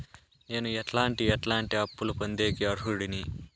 నేను ఎట్లాంటి ఎట్లాంటి అప్పులు పొందేకి అర్హుడిని?